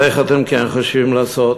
אז איך אתם כן חושבים לעשות?